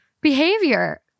behavior